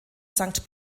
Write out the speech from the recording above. sankt